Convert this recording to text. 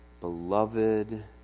beloved